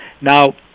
Now